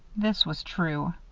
this was true.